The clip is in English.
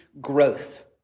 growth